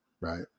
right